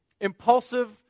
Impulsive